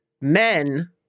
men